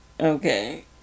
okay